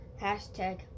hashtag